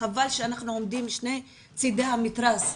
חבל שאנחנו עומדים משני צידי המתרס.